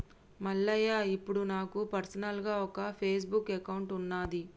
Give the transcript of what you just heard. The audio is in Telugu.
మల్లయ్య ఇప్పుడు నాకు పర్సనల్గా ఒక ఫేస్బుక్ అకౌంట్ ఉన్నది